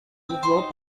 mouvement